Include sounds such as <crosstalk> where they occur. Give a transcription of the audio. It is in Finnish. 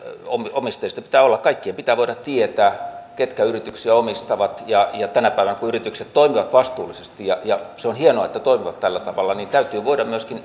pitää olla kaikkien pitää voida tietää ketkä yrityksiä omistavat tänä päivänä kun yritykset toimivat vastuullisesti ja ja on hienoa että toimivat tällä tavalla täytyy myöskin <unintelligible>